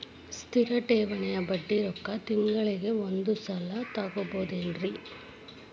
ಸ್ಥಿರ ಠೇವಣಿಯ ಬಡ್ಡಿ ರೊಕ್ಕ ತಿಂಗಳಿಗೆ ಒಂದು ಸಲ ತಗೊಬಹುದೆನ್ರಿ?